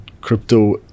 crypto